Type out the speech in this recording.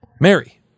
Mary